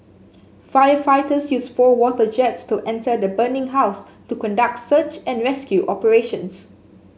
firefighters used four water jets to enter the burning house to conduct search and rescue operations